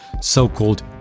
so-called